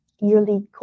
yearly